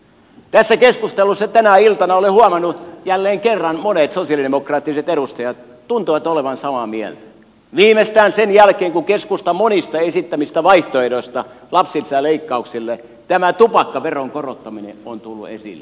tässä keskustelussa tänä iltana olen huomannut jälleen kerran että monet sosialidemokraattiset edustajat tuntuvat olevan samaa mieltä viimeistään sen jälkeen kun keskustan esittämistä monista vaihtoehdoista lapsilisäleikkauksille tämä tupakkaveron korottaminen on tullut esille